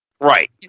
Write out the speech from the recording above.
right